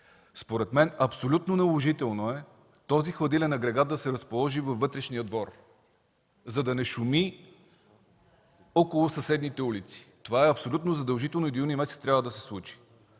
Според мен абсолютно наложително е този хладилен агрегат да се разположи във вътрешния двор, за да не шуми около съседните улици. Това е абсолютно задължително и до месец юни трябва да се случи.